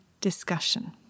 discussion